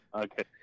Okay